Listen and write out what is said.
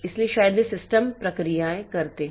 इसलिए शायद वे सिस्टम प्रक्रियाएं करते हैं